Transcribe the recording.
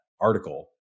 article